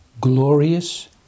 glorious